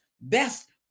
best